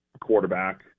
quarterback